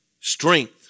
strength